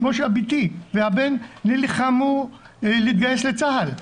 כמו שהבת והבן שלי נלחמו להתגייס לצה"ל,